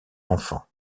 enfants